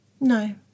No